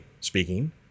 speaking